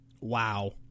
Wow